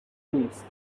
نیست